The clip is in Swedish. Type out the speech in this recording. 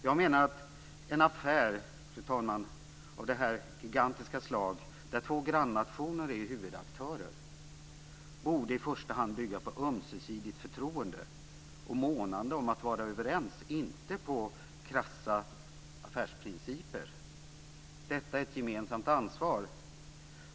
Jag menar att en affär, fru talman, av det här gigantiska slaget där två grannationer är huvudaktörer i första hand borde bygga på ömsesidigt förtroende och månande om att vara överens, inte på krassa affärsprinciper. Detta är ett gemensamt ansvar.